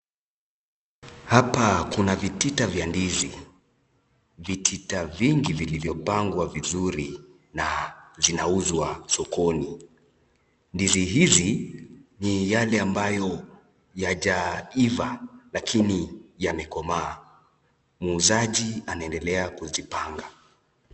Hapa kuna vitita vya ndizi. Vitita vingi vilivyopangwa vizuri na zinauzwa sokoni. Ndizi hizi ni yale ambayo yajaiva lakini yamekomakoma. Muuzaji anaendelea kuzipanga.